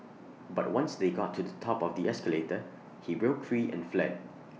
but once they got to the top of the escalator he broke free and fled